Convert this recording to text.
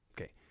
Okay